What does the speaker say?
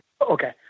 Okay